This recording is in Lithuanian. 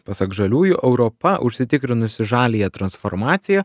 pasak žaliųjų europa užsitikrinusi žaliąją transformaciją